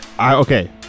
okay